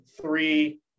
three